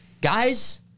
Guys